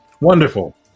Wonderful